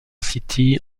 city